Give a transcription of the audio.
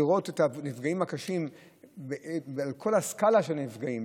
צריך לראות את הנפגעים הקשים על כל הסקאלה של הנפגעים,